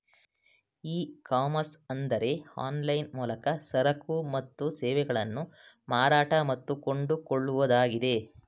E commerce ಅಂದರೆ online ಮೂಲಕ ಸರಕು ಮತ್ತು ಸೇವೆಗಳನ್ನು ಮಾರಾಟ ಮತ್ತು ಕೊಂಡುಕೊಳ್ಳುವುದಾಗಿದೆ